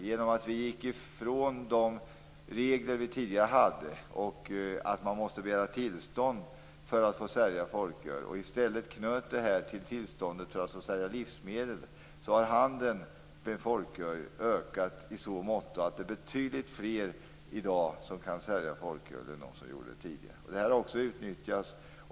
Genom att vi gick ifrån de regler vi tidigare hade, att man måste begära tillstånd för att få sälja folköl, och i stället knöt denna försäljning till tillståndet för att få sälja livsmedel har handeln med folköl ökat i så måtto att det är betydligt fler som kan sälja folköl i dag än som gjorde det tidigare. Det här har också utnyttjats.